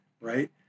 Right